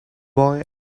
boy